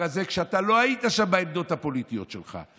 הזה כשאתה לא היית שם בעמדות הפוליטיות שלך,